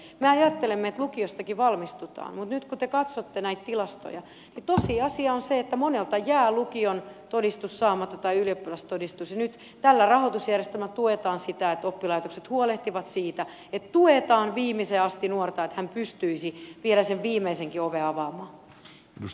me ajattelemme että lukiostakin valmistutaan mutta nyt kun te katsotte näitä tilastoja niin tosiasia on se että monelta jää lukion todistus tai ylioppilastodistus saamatta ja nyt tällä rahoitusjärjestelmällä tuetaan sitä että oppilaitokset huolehtivat siitä että tuetaan viimeiseen asti nuorta että hän pystyisi vielä sen viimeisenkin oven avaamaan